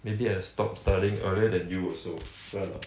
maybe I stop studying earlier than you also right or not